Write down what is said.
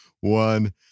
one